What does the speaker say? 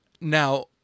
Now